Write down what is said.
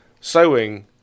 sewing